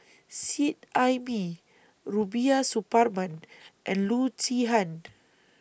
Seet Ai Mee Rubiah Suparman and Loo Zihan